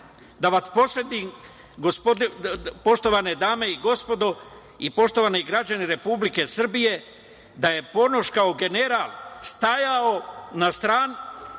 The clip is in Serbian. vas podsetim, poštovane dame i gospodo i poštovani građani Republike Srbije, da je Ponoš kao general stajao u stavu